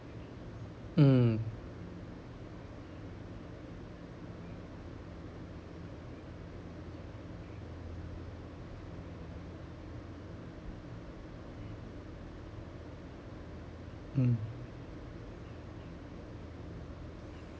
mm mm